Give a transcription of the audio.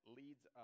leads